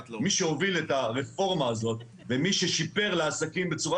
מי שהוביל את הרפורמה הזאת ומי ששיפר לעסקים בצורה